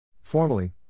Formally